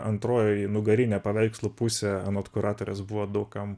antroji nugarinė paveikslo pusė anot kuratorės buvo daug kam